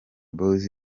boyz